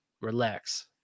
relax